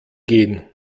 gehen